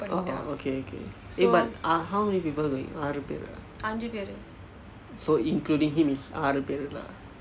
orh orh okay okay eh but err how many people wait ஆறு பேர்:aaru paer ah so including him is ஆறு பேர்:aaru paer lah